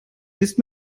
ist